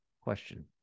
question